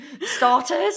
Starters